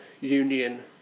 union